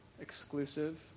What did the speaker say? exclusive